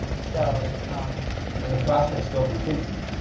so and the process still continues.